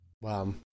Wow